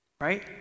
Right